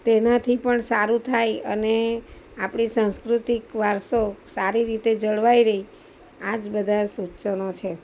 તેનાથી પણ સારું થાય અને આપણી સંસ્કૃતિક વારસો સારી રીતે જળવાઈ રહે આજ બધા સૂચનો છે